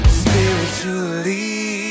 spiritually